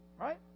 right